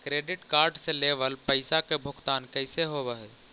Credit card से लेवल पैसा के भुगतान कैसे होव हइ?